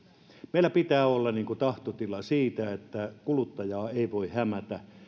meillä pitää olla tahtotila siitä että kuluttajaa ei voi hämätä